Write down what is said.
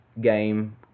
game